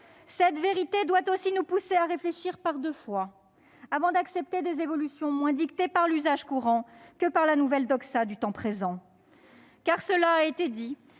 Cette vérité doit aussi nous pousser à réfléchir par deux fois avant d'accepter des évolutions moins dictées par l'usage courant que par la nouvelle doxa du temps présent. Cela a été dit,